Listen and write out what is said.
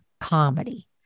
comedy